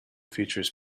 features